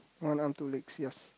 one arm two legs yes